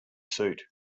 suit